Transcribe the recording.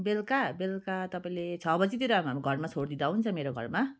बेलुका बेलुका तपाईँले छ बजीतिर हाम्रो घरमा छोडिदिँदा हुन्छ मेरो घरमा